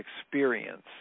experience